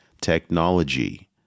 technology